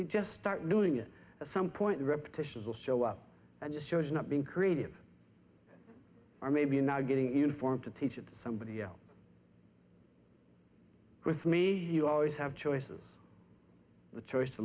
perfectly just start doing it at some point repetition will show up and just shows you not being creative or maybe not getting informed to teach it to somebody else with me you always have choices the choice to